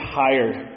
tired